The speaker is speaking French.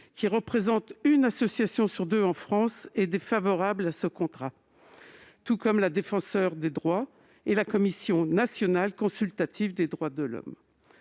qui représente une association sur deux en France, est défavorable à ce contrat. La Défenseure des droits et la Commission nationale consultative des droits de l'homme